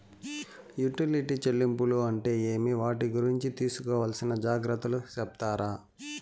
Utility చెల్లింపులు అంటే ఏమి? వాటి గురించి తీసుకోవాల్సిన జాగ్రత్తలు సెప్తారా?